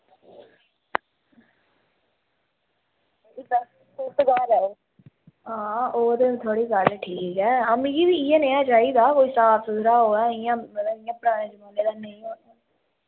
आं ओह् ते थुआढ़ी गल्ल ठीक ऐ आं मिगी बी इयै निहां चाहिदा कोई साफ सुथरा होऐ मतलब इंया खराब नेईं होऐ